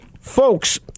folks